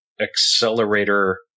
accelerator